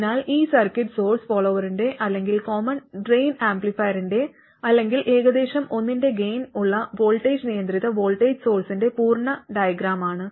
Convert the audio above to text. അതിനാൽ ഈ circuit source ഫോളോവറിന്റെ അല്ലെങ്കിൽ കോമൺ ഡ്രെയിൻ ആംപ്ലിഫയറിന്റെ അല്ലെങ്കിൽ ഏകദേശം ഒന്നിന്റെ ഗൈൻ ഉള്ള വോൾട്ടേജ് നിയന്ത്രിത വോൾട്ടേജ് സോഴ്സ്ന്റെ പൂർണ്ണ ഡയഗ്രമാണ്